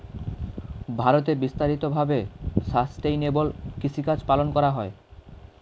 ভারতে বিস্তারিত ভাবে সাসটেইনেবল কৃষিকাজ পালন করা হয়